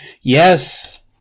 Yes